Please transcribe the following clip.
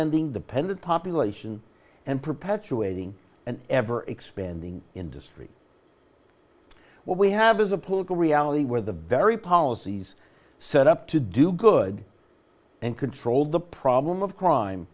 ending the pendent population and perpetuating an ever expanding industry what we have is a political reality where the very policies set up to do good and control the problem of crime